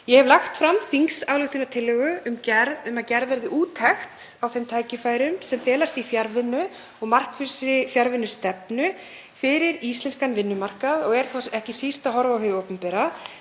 Ég hef lagt fram þingsályktunartillögu um að gerð verði úttekt á þeim tækifærum sem felast í fjarvinnu og markvissri fjarvinnustefnu fyrir íslenskan vinnumarkað og er ekki síst að horfa á hið opinbera